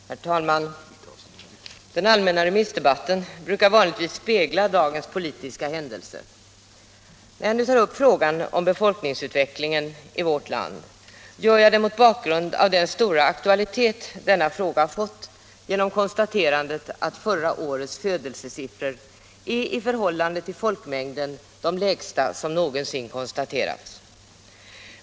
Herr talman! Den allmänpolitiska debatten brukar vanligtvis spegla dagens politiska händelser. När jag nu tar upp frågan om befolkningsutvecklingen i vårt land gör jag det mot bakgrund av den stora aktualitet denna fråga fått genom konstaterandet att förra årets födelsesiffror är, i förhållande till folkmängden, de lägsta som någonsin uppmätts.